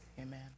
Amen